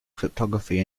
cryptography